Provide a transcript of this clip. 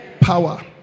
power